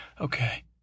Okay